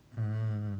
mm